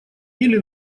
или